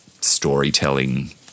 storytelling